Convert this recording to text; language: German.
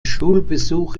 schulbesuch